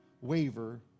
waver